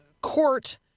court